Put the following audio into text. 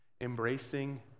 embracing